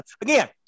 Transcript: again